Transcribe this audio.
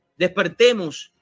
Despertemos